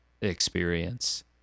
experience